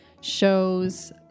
shows